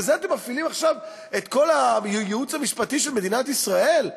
בזה אתם מפעילים עכשיו את כל הייעוץ המשפטי של מדינת ישראל?